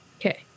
Okay